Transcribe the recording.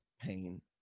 pain